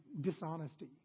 dishonesty